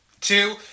Two